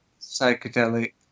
psychedelic